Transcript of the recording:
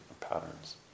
patterns